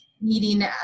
meeting